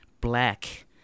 black